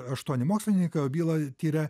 aštuoni mokslininkai o bylą tiria